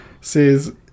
says